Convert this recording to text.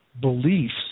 beliefs